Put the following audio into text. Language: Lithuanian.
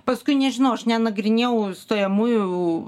paskui nežinau aš nenagrinėjau stojamųjų